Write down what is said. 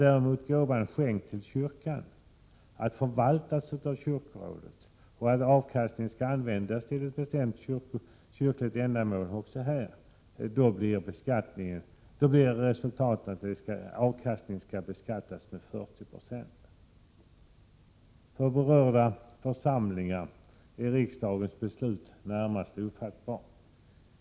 Är gåvan däremot skänkt till kyrkan, att förvaltas av kyrkorådet och att avkastningen också här skall användas till ett bestämt kyrkligt ändamål, blir resultatet att avkastningen skall beskattas med 40 96. För berörda församlingar är riksdagens beslut närmast ofattbart.